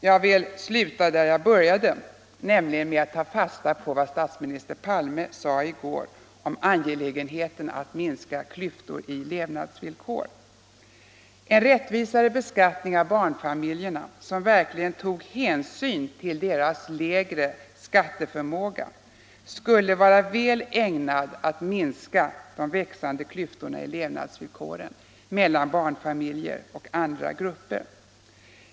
Jag vill sluta där jag började, nämligen med att ta fasta på vad statsminister Palme sade i går om angelägenheten av att minska klyftor i levnadsvillkor. En rättvisare beskattning av barnfamiljerna, som verkligen tog hänsyn till deras lägre skatteförmåga, skulle vara väl ägnad att minska de växande klyftorna i levnadsvillkoren mellan barnfamiljer och andra grupper.